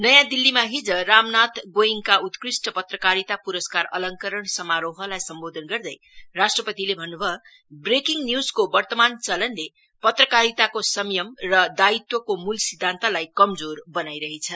नयाँ दिल्लीमा हिज रामनाथ ग्इडका उत्कृष्ठ पत्रकारिता प्रस्कार अलंकरण समारोहलाई सम्बोधन गर्दै राष्ट्रपतिले भन्न् भयो ब्रेकिङ न्यूज को वर्तमान चलनले पत्रकारिताको संयम र दायित्वको मूल सिद्धान्तलाई कमजोर बनाई रहेछ